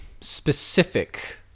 specific